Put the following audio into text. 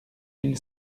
mille